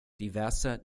diverser